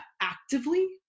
actively